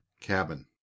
Cabin